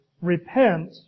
repent